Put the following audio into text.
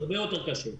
הרבה יותר קשה.